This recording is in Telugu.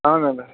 అవునండి